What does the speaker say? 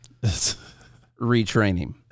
retraining